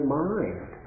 mind